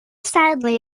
sadly